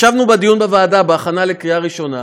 ישבנו בדיון בוועדה בהכנה לקריאה ראשונה,